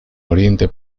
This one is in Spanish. oriente